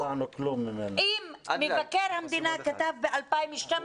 אם מבקר המדינה כתב ב-2012,